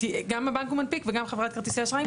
גם הבנק הוא מנפיק וגם חברת כרטיסי אשראי מנפיקה.